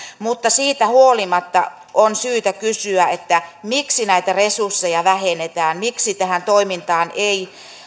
mutta siitä huolimatta on syytä kysyä miksi näitä resursseja vähennetään miksi tähän toimintaan ei